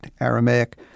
Aramaic